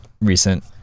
recent